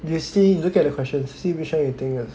you see you look at the question see which one you think is